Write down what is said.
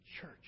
church